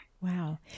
Wow